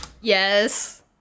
yes